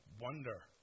wonder